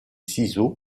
ciseaux